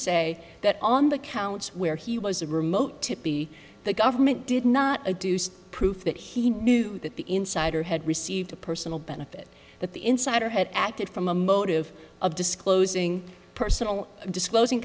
say that on the counts where he was a remote to be the government did not a deuced proof that he knew that the insider had received a personal benefit that the insider had acted from a motive of disclosing personal disclosing